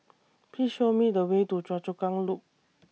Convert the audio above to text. Please Show Me The Way to Choa Chu Kang Loop